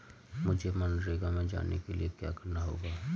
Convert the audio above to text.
मुझे मनरेगा में जाने के लिए क्या करना होगा?